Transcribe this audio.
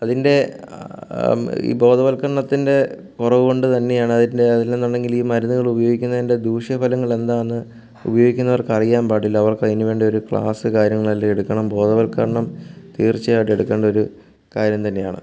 അതിൻ്റെ ഈ ബോധവത്കരണത്തിൻ്റെ കുറവുകൊണ്ടുതന്നെയാണ് അതിൻ്റെ അല്ലെന്നുണ്ടെങ്കിൽ ഈ മരുന്ന് ഉപയോഗിക്കുന്നതിൻ്റെ ദൂഷ്യ ഫലങ്ങൾ എന്താണെന്ന് ഉപയോഗിക്കുന്നവർക്ക് അറിയാൻ പാടില്ല അവർക്ക് അതിനുവേണ്ട ഒരു ക്ലാസ് കാര്യങ്ങൾ എല്ലാം എടുക്കണം ബോധവത്കരണം തീർച്ചയായിട്ടും എടുക്കേണ്ട ഒരു കാര്യം തന്നെയാണ്